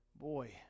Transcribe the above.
boy